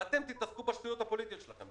ואתם תתעסקו בשטויות הפוליטיות שלכם,